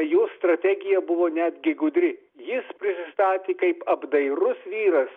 jo strategija buvo netgi gudri jis prisistatė kaip apdairus vyras